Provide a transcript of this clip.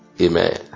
Amen